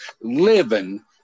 living